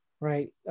Right